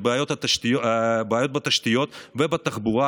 את הבעיות בתשתיות ובתחבורה,